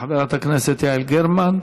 חברת הכנסת יעל גרמן,